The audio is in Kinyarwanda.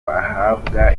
bahabwa